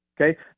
okay